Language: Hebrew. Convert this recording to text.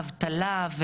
אבטלה,